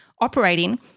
operating